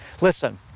Listen